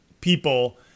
people